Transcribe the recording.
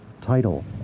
Title